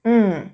mm